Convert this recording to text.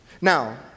Now